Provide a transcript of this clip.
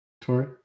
Tori